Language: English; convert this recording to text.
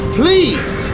please